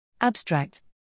Abstract